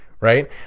Right